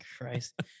Christ